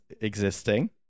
existing